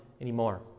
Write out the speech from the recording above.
anymore